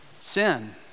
sin